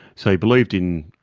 so he believed in,